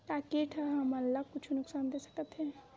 का कीट ह हमन ला कुछु नुकसान दे सकत हे?